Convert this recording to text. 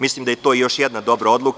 Mislim da je to još jedna dobra odluka.